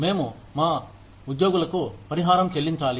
మేము మా ఉద్యోగులకు పరిహారం చెల్లించాలి